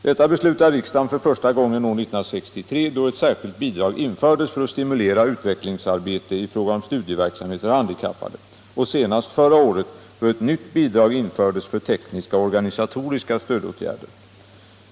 Detta beslutade riksdagen för första gången år 1963, då ett särskilt bidrag infördes för att stimulera utvecklingsarbete i fråga om studieverksamhet för handikappade, och senast förra året, då ett nytt bidrag infördes för tekniska och organisatoriska stödåtgärder.